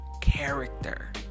character